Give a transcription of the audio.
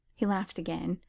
he laughed again,